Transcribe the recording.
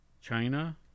China